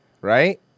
right